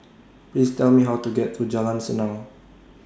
Please Tell Me How to get to Jalan Senang